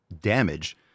damage